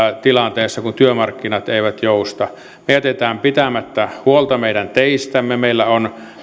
tilanteessa kun työmarkkinat eivät jousta me jätämme pitämättä huolta meidän teistämme meillä on